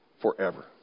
forever